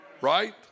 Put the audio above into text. Right